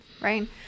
right